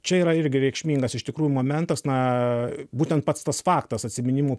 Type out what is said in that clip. čia yra irgi reikšmingas iš tikrųjų momentas na būtent pats tas faktas atsiminimų